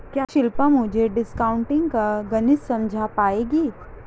क्या शिल्पी मुझे डिस्काउंटिंग का गणित समझा पाएगी?